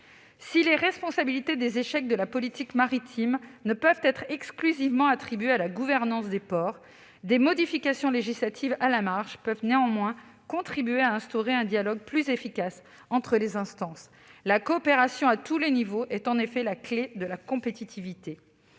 Si les responsabilités des échecs de la politique maritime ne peuvent être exclusivement attribuées à la gouvernance des ports, des modifications législatives à la marge peuvent néanmoins contribuer à instaurer un dialogue plus efficace entre les instances. La coopération à tous les niveaux est en effet la clé de la compétitivité.